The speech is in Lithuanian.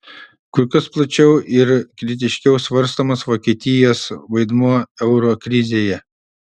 kur kas plačiau ir kritiškiau svarstomas vokietijos vaidmuo euro krizėje